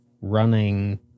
running